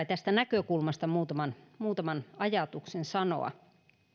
tästä näkökulmasta muutaman muutaman ajatuksen sanoa